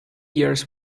years